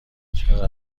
چقدر